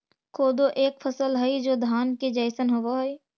कोदो एक फसल हई जो धान के जैसन होव हई